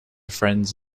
friends